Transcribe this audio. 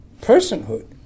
personhood